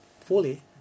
fully